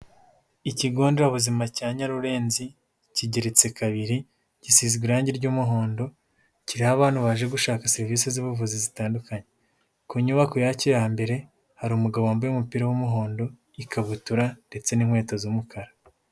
Ikigo nderabuzima cya Nyarurenzi, kigereritse kabiri, gisizwe irangi ry'umuhondo, kiriho abantu baje gushaka serivisi z'ubuvuzi zitandukanye, ku nyubako y'acyo ya mbere, hari umugabo wambaye umupira w'umuhondo, ikabutura ndetse n'inkweto z'umukara.